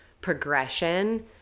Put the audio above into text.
progression